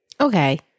Okay